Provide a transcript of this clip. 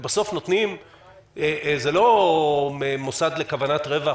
בסוף, זה לא מוסד לכוונת רווח